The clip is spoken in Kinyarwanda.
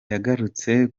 yagarutse